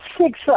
Six